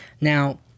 now